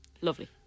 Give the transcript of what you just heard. Lovely